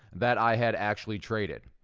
that i had actually traded?